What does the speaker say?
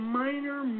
minor